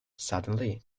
suddenly